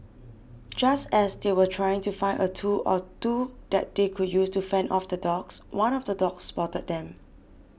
just as they were trying to find a tool or two that they could use to fend off the dogs one of the dogs spotted them